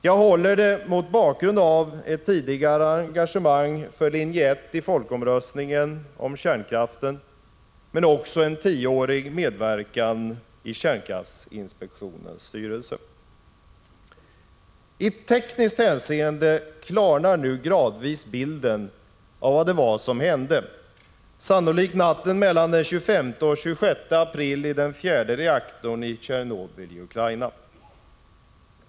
Jag håller det mot bakgrund av ett tidigare engagemang för linje 1 i folkomröstningen om kärnkraften men också en tioårig medverkan i kärnkraftinspektionens styrelse. I tekniskt hänseende klarnar nu gradvis bilden av vad som hände, sannolikt natten mellan den 25 och 26 april, i den fjärde reaktorn i Tjernobyl i Ukraina.